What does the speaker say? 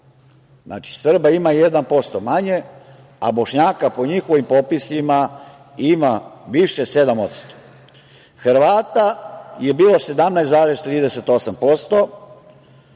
Znači, Srba ima 1% manje, a Bošnjaka, po njihovim popisima, ima više 7%. Hrvata je bilo 17,38%,